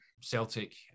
Celtic